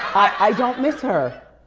i don't miss her.